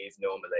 normally